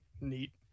neat